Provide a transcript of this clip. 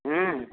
हूँ